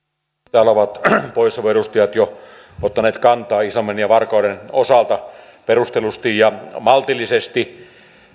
täällä ovat pohjois savon edustajat jo ottaneet kantaa iisalmen ja varkauden osalta perustellusti ja maltillisesti